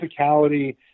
physicality